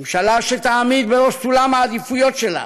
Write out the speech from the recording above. ממשלה שתעמיד בראש סולם העדיפויות שלה